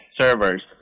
servers